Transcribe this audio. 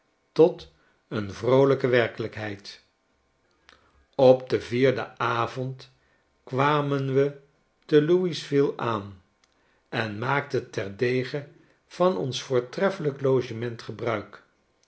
tot een vroolijke werkelijkheid op den vierden avond kwamen we te louisville aan en maakten terdege van ons voortreffelijk logement gebruik